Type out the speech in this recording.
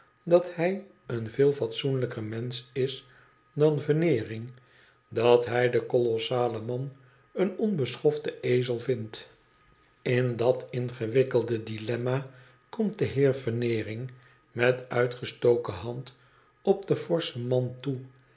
dat hij een veel fatsoenlijker mensch is dan veneering dat hij den klossalen man een onbeschoften ezel vindt in dat ingewikkelde dilemna komt de heer veneering met uitgestoken hand op den forschen man toe